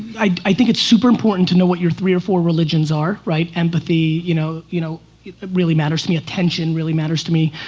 i think it's super important to know what your three or four religions are, right? empathy, you know you know, it really matters to me. attention really matters to me.